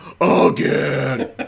Again